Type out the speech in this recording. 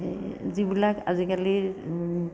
যিবিলাক আজিকালিৰ